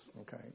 okay